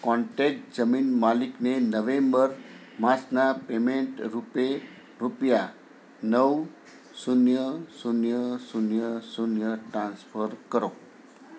contact જમીન માલિકને November માસના પેમેંટ રૂપે રૂપિયા નવ શૂન્ય શૂન્ય શૂન્ય શૂન્ય ટ્રાન્સફર કરો